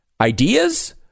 ideas